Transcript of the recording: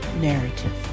narrative